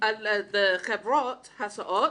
על חברות הסעות?